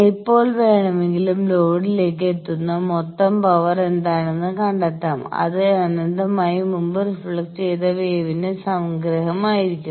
എപ്പോൾ വേണമെങ്കിലും ലോഡിലേക്ക് എത്തുന്ന മൊത്തം പവർ എന്താണെന്ന് കണ്ടെത്താം അത് അനന്തമായി മുമ്പ് റിഫ്ലക്ട് ചെയ്ത വേവിന്റെ സംഗ്രഹമായിരിക്കും